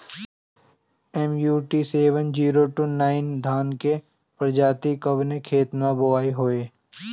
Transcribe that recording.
MUT seven zero two nine धान के प्रजाति कवने खेत मै बोआई होई?